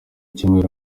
cyumweru